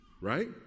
right